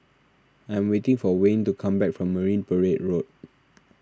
I'm waiting for Wayne to come back from Marine Parade Road